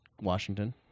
washington